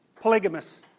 polygamous